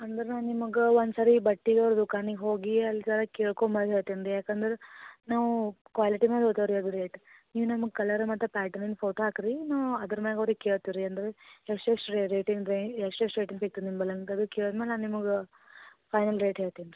ಅಂದ್ರೆ ನಾವು ನಿಮ್ಗೆ ಒಂದು ಸರಿ ಬಟ್ಟೆಗಳು ದುಕಾನಿಗೆ ಹೋಗಿ ಅಲ್ಲಿ ಜರ ಕೇಳ್ಕೊ ಬಂದು ಹೇಳ್ತೀನಿ ರೀ ಯಾಕಂದ್ರೆ ನಾವು ಕ್ವಾಲಿಟಿ ಮ್ಯಾಲೆ ಅದಾವೆ ರೀ ಅದು ರೇಟ್ ನೀವು ನಮ್ಗೆ ಕಲರ್ ಮತ್ತೆ ಪ್ಯಾಟರ್ನ್ ಫೋಟೋ ಹಾಕ್ರಿ ನಾವು ಅದ್ರ ಮ್ಯಾಗೆ ಅವ್ರಿಗೆ ಕೇಳ್ತೀವಿ ರೀ ಅಂದ್ರೆ ಎಷ್ಟು ಎಷ್ಟು ರೀ ರೇಟಿಂದು ರೀ ಎಷ್ಟು ಎಷ್ಟು ರೇಟಿಂದು ಸಿಕ್ತದೆ ನಿಂಬಲ್ಲಿ ಅಂಗೆ ಅದು ಕೇಳ್ದ ಮೇಲೆ ನಿಮಿಗೆ ಫೈನಲ್ ರೇಟ್ ಹೇಳ್ತೀನಿ ರೀ